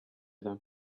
them